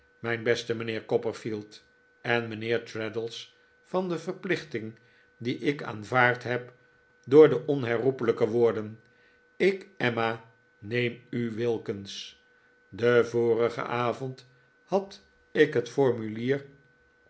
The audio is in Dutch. mijn beste mijnheer copperfield en mijnheer traddles van de verplichting die ik aanvaard heb door de onherroepelijke woorden ik emma neem u wilkins den vorigen avond had ik hot formulier